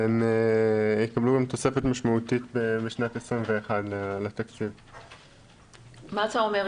והם יקבלו גם תוספת משמעותית לשנת 2021. מה אתה אומר,